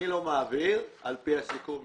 מי לא מעביר על פי הסיכום?